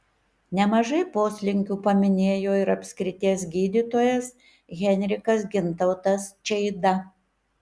nemažai poslinkių paminėjo ir apskrities gydytojas henrikas gintautas čeida